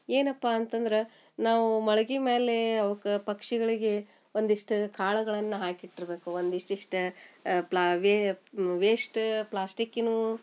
ಏನಪ್ಪಾ ಅಂತಂದ್ರೆ ನಾವು ಮಳ್ಗಿ ಮ್ಯಾಲೆ ಅವ್ಕ ಪಕ್ಷಿಗಳಿಗೆ ಒಂದಿಷ್ಟು ಕಾಳುಗಳನ್ನು ಹಾಕಿಟ್ಟಿರಬೇಕು ಒಂದಿಷ್ಟಿಷ್ಟ ಪ್ಲಾವೇ ವೇಷ್ಟ್ ಪ್ಲಾಸ್ಟಿಕಿನೂ